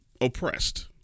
oppressed